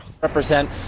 Represent